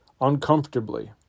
uncomfortably